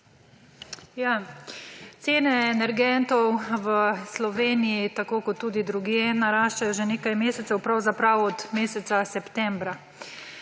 Cene energentov v Sloveniji, tako kot tudi drugje, naraščajo že nekaj mesecev, pravzaprav od meseca septembra.